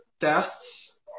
tests